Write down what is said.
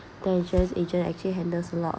that insurance agent actually handles a lot